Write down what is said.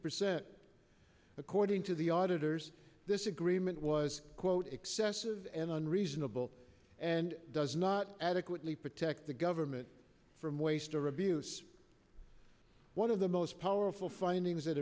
percent according to the auditors this agreement was quote excessive and unreasonable and does not adequately protect the government from waste or abuse one of the most powerful findings that